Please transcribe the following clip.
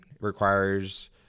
requires